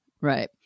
right